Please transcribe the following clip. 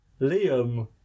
Liam